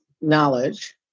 knowledge